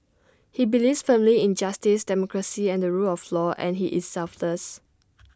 he believes firmly in justice democracy and the rule of law and he is selfless